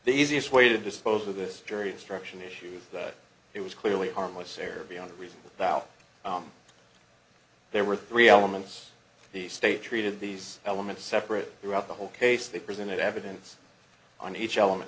the easiest way to dispose of this jury instruction issue it was clearly harmless error beyond a reasonable doubt there were three elements the state treated these elements separate throughout the whole case they presented evidence on each element